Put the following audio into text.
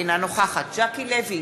אינה נוכחת ז'קי לוי,